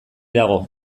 dago